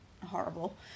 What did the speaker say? horrible